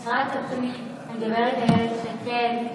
שרת הפנים הגב' אילת שקד,